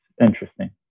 interesting